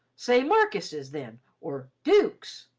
say markises then, or dooks.